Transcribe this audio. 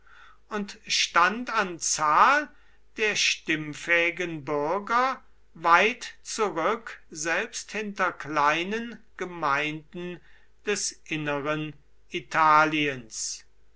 und stand an zahl der stimmfähigen bürger weit zurück selbst hinter kleinen gemeinden des inneren italiens